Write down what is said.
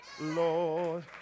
Lord